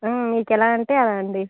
మీకు ఎలా అంటే అలా అండి